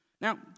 Now